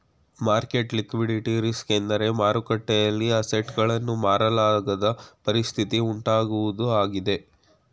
market liquidity risk ಎಂದರೆ ಮಾರುಕಟ್ಟೆಯಲ್ಲಿ assets ಗಳನ್ನು ಮಾರಲಾಗದ ಪರಿಸ್ಥಿತಿ ಉಂಟಾಗುವುದು ಆಗಿದೆ